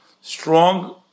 strong